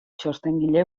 txostengile